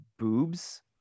boobs